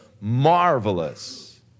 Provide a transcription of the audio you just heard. marvelous